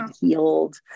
healed